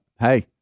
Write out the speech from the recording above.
hey